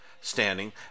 standing